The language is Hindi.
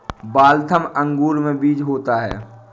वाल्थम अंगूर में बीज होता है